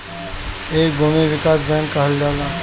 एके भूमि विकास बैंक कहल जाला